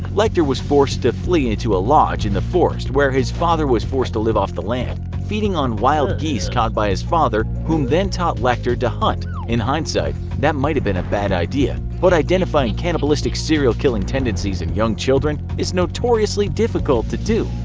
lecter was forced to flee to a lodge in the forest where his family was forced to live off the land, feeding on wild game caught by his father whom then taught lecter to hunt. in hindsight, that might've been a bad idea, but identifying cannibalistic serial killing tendencies in young children is notoriously difficult to do.